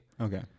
Okay